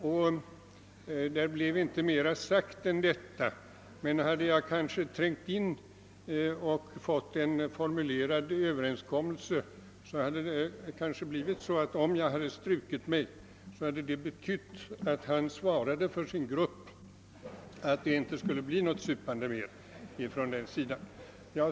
Och mer än detta blev inte sagt. Men hade jag fortsatt och fått en formulerad överenskommelse och sedan strukit mig, hade det måhända betytt att herr Bengtsson hade svarat för sin grupp att det inte skulle bli något supande mer på det hållet.